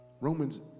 Romans